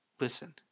listen